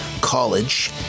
College